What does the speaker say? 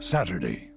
Saturday